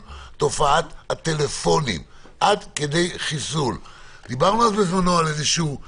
ועל זה להוסיף את המשמרת השנייה שזה יכול להגיע גם